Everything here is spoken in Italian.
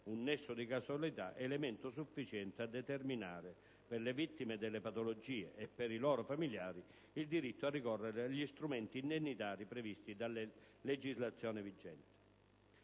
un nesso di causalità, elemento sufficiente a determinare, per le vittime delle patologie e per i loro familiari, il diritto a ricorrere agli strumenti indennitari previsti dalla legislazione vigente.